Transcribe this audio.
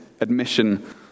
admission